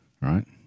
right